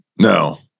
no